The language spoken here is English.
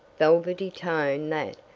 velvety tone that,